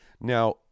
Now